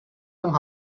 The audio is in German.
zum